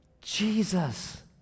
Jesus